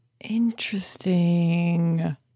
Interesting